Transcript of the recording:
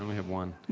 have one.